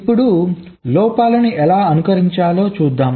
ఇప్పుడు లోపాలను ఎలా అనుకరించాలో చూద్దాం